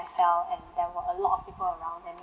fell and there were a lot of people around then